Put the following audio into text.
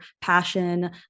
passion